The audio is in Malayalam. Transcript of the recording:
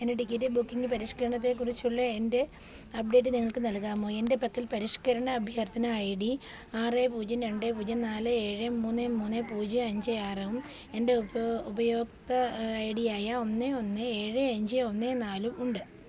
എൻ്റെ ടിക്കറ്റ് ബുക്കിംഗ് പരിഷ്ക്കരണത്തെക്കുറിച്ചുള്ള എൻ്റെ അപ്ഡേറ്റ് നിങ്ങൾക്ക് നൽകാമോ എൻ്റെ പക്കൽ പരിഷ്ക്കരണ അഭ്യർത്ഥന ഐ ഡി ആറ് പൂജ്യം രണ്ട് പൂജ്യം നാല് ഏഴ് മൂന്ന് മൂന്ന് പൂജ്യം അഞ്ച് ആറ് ഉം എൻ്റെ ഉപോ ഉപയോക്തൃ ഐ ഡിയായ ഒന്ന് ഒന്ന് ഏഴ് അഞ്ച് ഒന്ന് നാലും ഉണ്ട്